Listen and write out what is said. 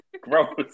gross